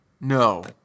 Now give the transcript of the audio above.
No